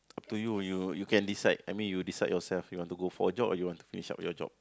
up to you you you can decide I mean you decide yourself you want to go for a jog or you want to finish up your job